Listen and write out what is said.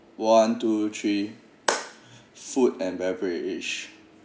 one two three food and beverage